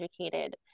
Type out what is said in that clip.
educated